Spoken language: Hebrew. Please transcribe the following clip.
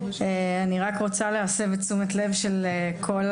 אני רק רוצה להסב את תשומת הלב של כל,